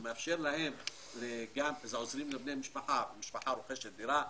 כי עוזרים לבני משפחה משפחה רוכשת דירה,